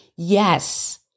yes